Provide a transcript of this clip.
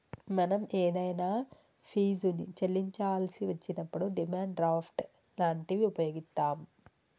మనం ఏదైనా ఫీజుని చెల్లించాల్సి వచ్చినప్పుడు డిమాండ్ డ్రాఫ్ట్ లాంటివి వుపయోగిత్తాం